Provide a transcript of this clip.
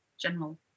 general